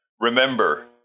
remember